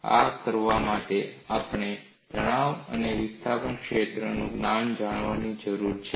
આ કરવા માટે આપણે તણાવ અને વિસ્થાપન ક્ષેત્રોનું જ્ઞાન જાણવાની જરૂર છે